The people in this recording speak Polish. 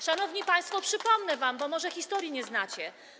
Szanowni państwo, przypomnę wam, bo może historii nie znacie.